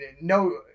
no